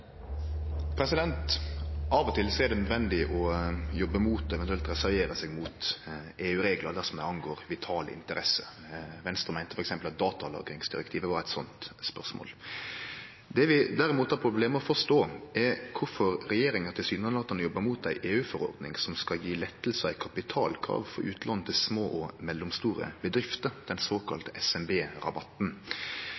2020. Av og til er det nødvendig å jobbe imot, eventuelt reservere seg imot, EU-reglar dersom dei angår vitale interesser. Venstre meinte t.d. at datalagringsdirektivet var eit sånt spørsmål. Det vi derimot har problem med å forstå, er kvifor regjeringa tilsynelatande jobbar imot ei EU-forordning som skal gje letter i kapitalkrav for utlån til små og mellomstore bedrifter, den